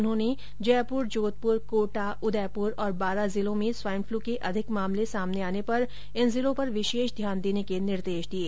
उन्होंने जयपुर जोधपुर कोटा उदयपुर और बारां जिलों में स्वाइन फ्लु के अधिक मामले सामने आने पर इन जिलों पर विशेष ध्यान देने के निर्देश दिये